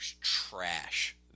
trash